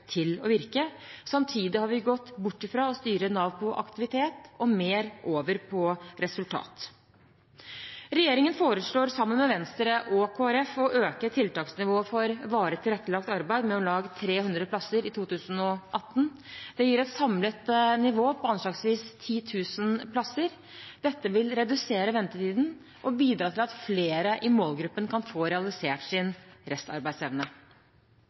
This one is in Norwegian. til å virke. Samtidig har vi gått bort fra å styre Nav på aktivitet og mer over på resultat. Regjeringen foreslår sammen med Venstre og Kristelig Folkeparti å øke tiltaksnivået for varig tilrettelagt arbeid med om lag 300 plasser i 2018. Det gir et samlet nivå på anslagsvis 10 000 plasser. Dette vil redusere ventetiden og bidra til at flere i målgruppen kan få realisert sin restarbeidsevne.